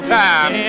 time